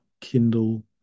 Kindle